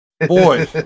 Boy